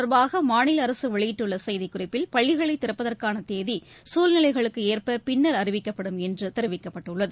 தொடர்பாகமாநிலஅரசுவெளியிட்டுள்ளசெய்திக்குறிப்பில் இத பள்ளிகளைதிறப்பதற்கானதேதிசூழ்நிலைகளுக்குஏற்பபின்னர் அறிவிக்கப்படும் என்றுதெரிவிக்கப்பட்டுள்ளது